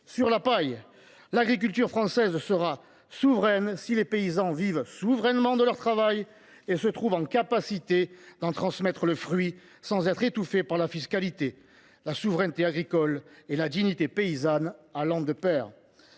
sur la paille ! L’agriculture française sera souveraine si les paysans vivent souverainement de leur travail et ont la capacité d’en transmettre le fruit sans être étouffés par la fiscalité, la souveraineté agricole et la dignité paysanne allant de pair.